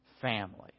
family